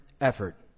effort